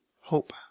Hope